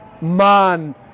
man